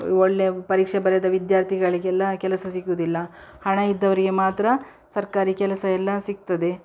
ಒಳ್ಳೆಯ ಪರೀಕ್ಷೆ ಬರೆದ ವಿದ್ಯಾರ್ಥಿಗಳಿಗೆಲ್ಲ ಕೆಲಸ ಸಿಗುವುದಿಲ್ಲ ಹಣ ಇದ್ದವರಿಗೆ ಮಾತ್ರ ಸರ್ಕಾರಿ ಕೆಲಸ ಎಲ್ಲ ಸಿಗ್ತದೆ